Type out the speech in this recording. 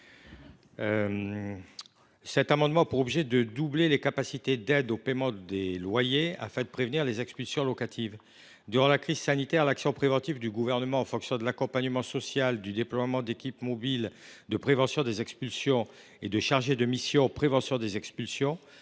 Cet amendement a pour objet de doubler les capacités d’aide au paiement des loyers, afin de prévenir les expulsions locatives. Durant la crise sanitaire, l’action préventive du Gouvernement en fonction de l’accompagnement social, du déploiement d’équipes mobiles de prévention des expulsions et de chargés de mission, mais aussi